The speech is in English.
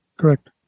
Correct